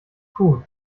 puh